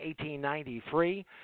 1893